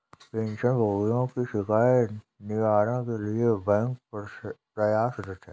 pension भोगियों की शिकायत निवारण के लिए बैंक प्रयासरत है